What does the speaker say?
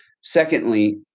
Secondly